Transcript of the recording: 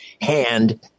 hand